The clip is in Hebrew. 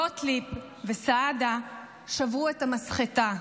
גוטליב וסעדה שברו את המסחטה,